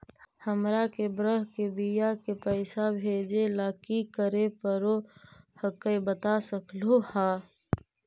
हमार के बह्र के बियाह के पैसा भेजे ला की करे परो हकाई बता सकलुहा?